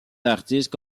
artistes